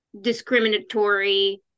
discriminatory